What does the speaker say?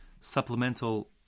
supplemental